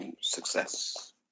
Success